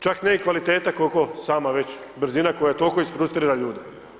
Čak ne i kvaliteta koliko sama već brzina koja toliko isfrustrira ljude.